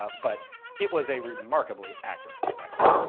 ah but it was a remarkably accurate rifle.